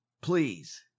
Please